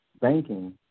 banking